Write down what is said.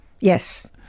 Yes